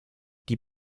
die